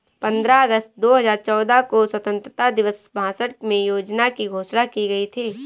पन्द्रह अगस्त दो हजार चौदह को स्वतंत्रता दिवस भाषण में योजना की घोषणा की गयी थी